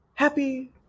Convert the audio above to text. Happy